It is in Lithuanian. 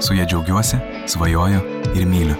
su ja džiaugiuosi svajoju ir myliu